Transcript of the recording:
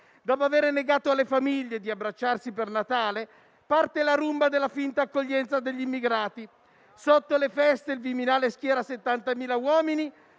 Dopo aver negato alle famiglie di abbracciarsi per Natale, parte la rumba della finta accoglienza degli immigrati. Sotto le feste, il Viminale schiera 70.000 uomini